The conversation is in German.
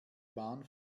bahn